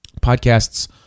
podcasts